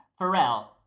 Pharrell